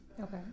Okay